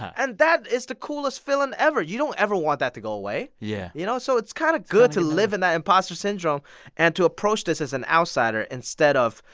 and that is the coolest feeling ever. you don't ever want that to go away yeah you know, so it's kind of good to live in that imposter syndrome and to approach this as an outsider instead of,